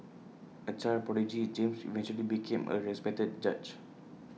A child prodigy James eventually became A respected judge